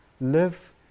live